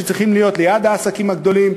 שצריכים להיות ליד העסקים הגדולים,